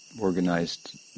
organized